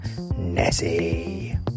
Nessie